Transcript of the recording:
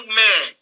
man